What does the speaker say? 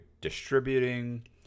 distributing